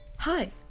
Hi